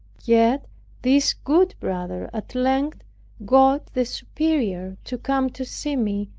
yet this good brother at length got the superior to come to see me,